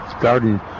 garden